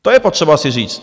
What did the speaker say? To je potřeba si říct.